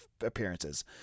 appearances